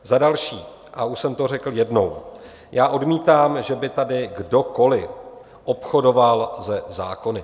Za další, a už jsem to řekl jednou: Odmítám, že by tady kdokoli obchodoval se zákony.